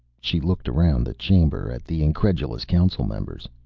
she looked around the chamber at the incredulous council members.